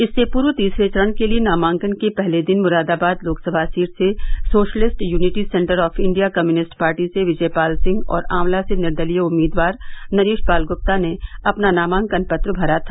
इससे पूर्व तीसरे चरण के लिए नामांकन के पहले दिन मुरादाबाद लोकसभा सीट से Socialist Unity Centre of India Communist Party से विजय पाल सिंह और आंवला से निर्दलीय उम्मीदवार नरेश पाल गुप्ता ने अपना नामांकन पत्र भरा था